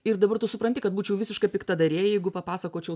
ir dabar tu supranti kad būčiau visiška piktadarė jeigu papasakočiau